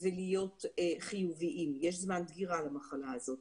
ולהיות חיוביים, יש זמן דגירה למחלה הזאת